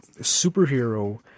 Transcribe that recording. superhero